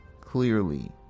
clearly